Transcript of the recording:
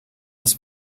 has